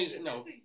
No